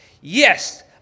Yes